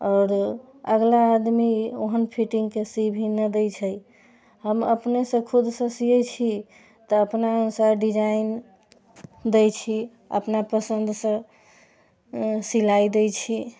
आओर अगला आदमी ओहन फिटिंगके सी भी न दै छै हम अपनेसँ खुदसँ सियै छी तऽ अपनासँ डिजाइन दै छी अपना पसन्दसँ सिलाइ दै छी